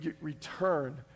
return